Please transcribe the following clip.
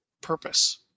purpose